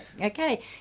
Okay